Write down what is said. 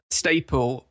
staple